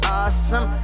awesome